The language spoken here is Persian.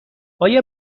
آیا